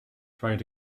trying